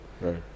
Right